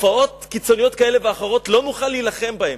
תופעות קיצוניות כאלה ואחרות לא נוכל להילחם בהן,